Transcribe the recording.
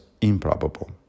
improbable